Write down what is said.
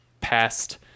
past